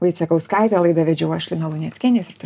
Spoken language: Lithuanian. vaicekauskaitė laidą vedžiau aš lina luneckienė